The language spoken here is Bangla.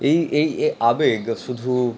এই এই এ আবেগ শুধু